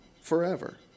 forever